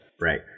Right